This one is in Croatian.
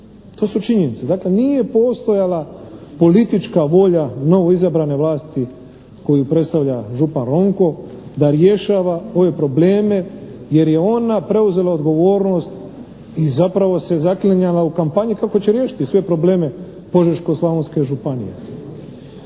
To su činjenice. Dakle, nije postojala politička volja novoizabrane vlasti koju predstavlja župan Ronko da rješava ove probleme jer je ona preuzela odgovornost i zapravo se zaklinjala u kampanji kako će riješiti sve probleme Požeško-slavonske županije.